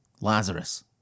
Lazarus